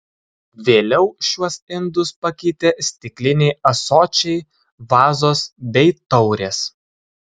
vėliau šiuos indus pakeitė stikliniai ąsočiai vazos bei taurės